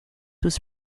was